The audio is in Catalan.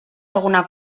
alguna